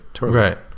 right